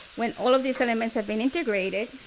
when all of these elements have been integrated,